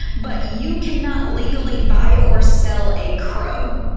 but you cannot legally buy or sell a crow.